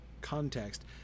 context